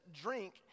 drink